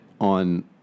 on